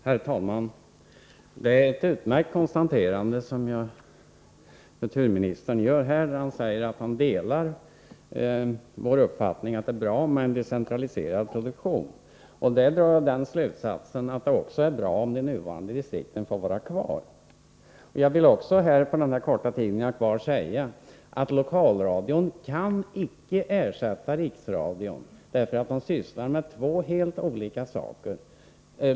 Herr talman! Det är ett utmärkt konstaterande som kulturministern gör när han säger att han delar vår uppfattning att det är bra med en decentraliserad produktion. Det leder till slutsatsen att det också är bra om de nuvarande distrikten får vara kvar. Jag vill sedan — på den korta tid som jag har — säga att Lokalradion inte kan ersätta Riksradion, för de sysslar med två helt olika saker.